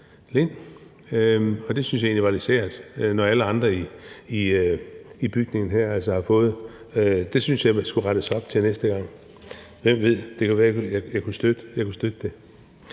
Lind, og det synes jeg egentlig er lidt sært, når alle andre i bygningen har fået det. Det synes jeg man skulle rette op på til næste gang. Hvem ved, det kunne være, jeg kunne støtte det.